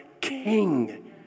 king